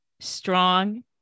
strong